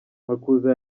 makuza